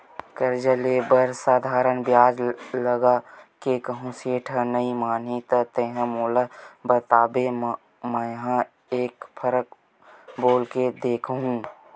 करजा ले बर साधारन बियाज लगा के कहूँ सेठ ह नइ मानही त तेंहा मोला बताबे मेंहा एक फरक बोल के देखहूं